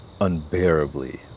unbearably